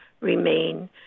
remain